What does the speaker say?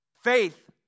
Faith